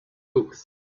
books